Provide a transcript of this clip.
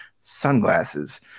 sunglasses